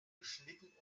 geschnitten